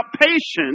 patience